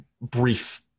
brief